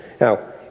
Now